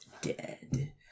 dead